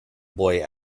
boy